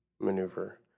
maneuver